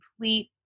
complete